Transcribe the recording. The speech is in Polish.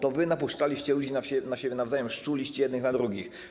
To wy napuszczaliście ludzi na siebie nawzajem, szczuliście jednych na drugich.